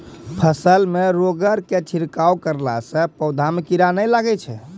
फसल मे रोगऽर के छिड़काव करला से पौधा मे कीड़ा नैय लागै छै?